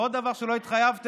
ועוד דבר שלא התחייבתם,